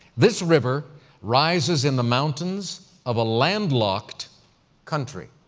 this river rises in the mountains of a landlocked country.